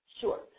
Sure